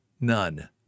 None